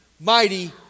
mighty